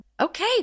Okay